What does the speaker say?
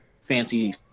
fancy